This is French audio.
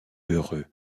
heureux